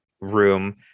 room